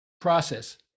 process